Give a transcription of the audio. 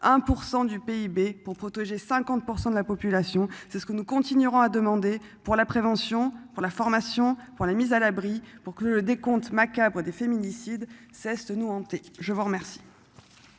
du PIB pour protéger 50% de la population. C'est ce que nous continuerons à demander pour la prévention pour la formation pour les mises à l'abri pour que le décompte macabre des féminicides cesse de nous hanter. Je vous remercie.